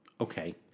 Okay